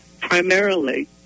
primarily